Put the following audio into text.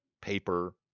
paper